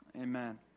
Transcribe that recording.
amen